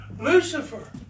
Lucifer